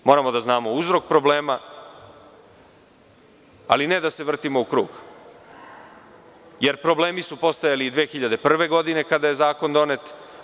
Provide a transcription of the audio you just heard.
Moramo da znamo uzrok problema, ali ne da se vrtimo u krug, jer problemi su postajali i 2001. godine kada je zakon donet.